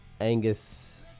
Angus